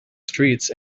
streets